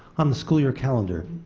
on the school year calendar,